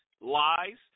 lies